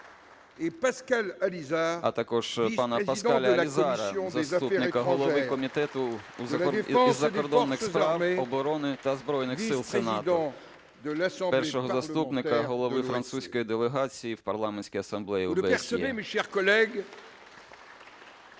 а також пана Паскаля Аллізара, заступника голови Комітету із закордонних справ, оборони та збройних сил Сенату, першого заступника голови французької делегації в Парламентській асамблеї ОБСЄ.